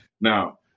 Now